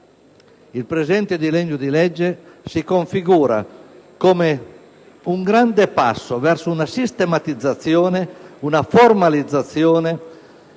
il presente disegno di legge si configura come un grande passo verso una sistematizzazione, una formalizzazione